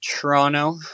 Toronto